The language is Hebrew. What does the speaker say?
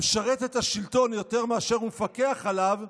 המשרת את השלטון יותר מאשר הוא מפקח עליו,